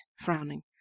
frowning